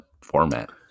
format